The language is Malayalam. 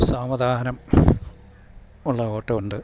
സാവധാനം ഉള്ള ഓട്ടം ഉണ്ട്